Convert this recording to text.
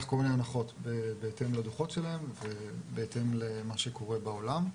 כל מיני הנחות בהתאם לדו"חות שלהן ובהתאם למה שקורה בעולם.